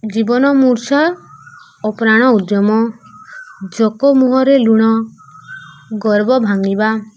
ଜୀବନ ମୂର୍ଚ୍ଛା ଅପ୍ରାଣ ଉଦ୍ୟମ ଯୋକ ମୁହଁରେ ଲୁଣ ଗର୍ବ ଭାଙ୍ଗିବା